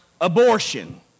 abortion